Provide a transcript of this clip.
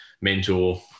mentor